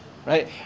Right